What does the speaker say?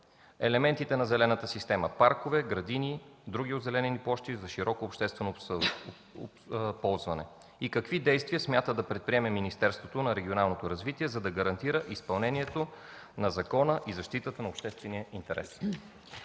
елементите на зелената система – паркове, градини, други озеленени площи за широко обществено ползване? Какви действия смята да предприеме Министерството на регионалното развитие, за да гарантира изпълнението на закона и защитата на обществения интерес?